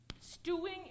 stewing